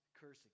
cursing